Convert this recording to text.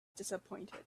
disappointed